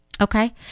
Okay